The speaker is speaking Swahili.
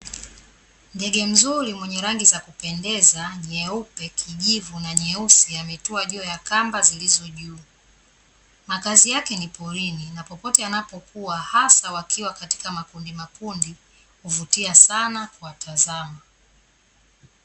Ndege mzuri mwenye rangi za kupendeza nyeupe, kijivu na nyeusi ametua juu ya kamba zilizo juu. Makazi yake ni porini na popote anapokuwa hasa wakiwa katika makundimakundi huvutia sana kuwatazama.